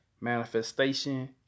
manifestation